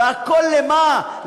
והכול למה,